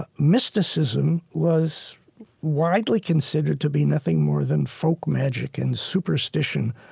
ah mysticism was widely considered to be nothing more than folk magic and superstition